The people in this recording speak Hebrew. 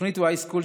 תוכנית Yschool,